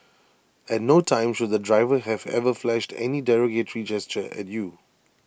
at no time should the driver have ever flashed any derogatory gesture at you